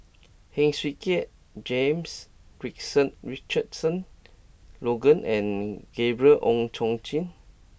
Heng Swee Keat James Richardson Logan and Gabriel Oon Chong Jin